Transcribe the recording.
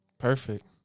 Perfect